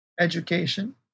education